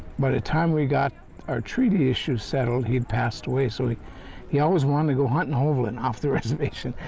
by the time we got our treaty issues settled, he'd passed away, so he he always wanted to go hunting overland off the reservation.